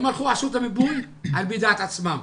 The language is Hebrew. הם הלכו, עשו את המיפוי על דעת עצמם.